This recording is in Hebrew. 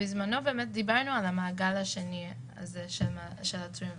שמדבר על עניין מאוד ספציפי,